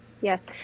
Yes